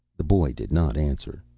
the boy did not answer.